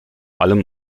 allem